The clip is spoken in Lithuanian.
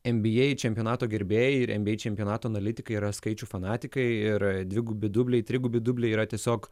nba čempionato gerbėjai ir nba čempionato analitikai yra skaičių fanatikai ir dvigubi dubliai trigubi dubliai yra tiesiog